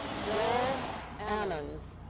jowel ammons.